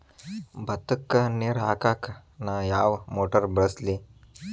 ಭತ್ತಕ್ಕ ನೇರ ಹಾಕಾಕ್ ನಾ ಯಾವ್ ಮೋಟರ್ ಬಳಸ್ಲಿ?